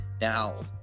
Now